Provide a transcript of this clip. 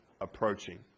approaching